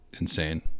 insane